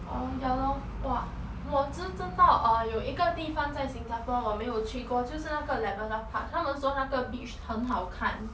orh ya lor !wah! 我只知道有一个地方 in singapore 我没有去过就是那个 labrador park 他们说那个 beach 很好看